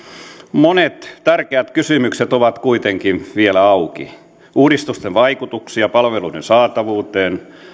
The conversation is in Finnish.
monet tärkeät kysymykset ovat kuitenkin vielä auki uudistusten vaikutuksia palveluiden saatavuuteen